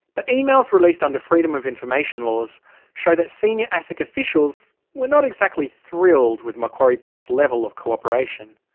but emails released under freedom of information laws show that senior asic officials were not exactly thrilled with macquarie bank's level of cooperation.